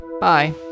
Bye